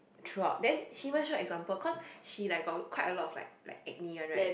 throughout then she even show example cause she like got quite a lot of like like acne one right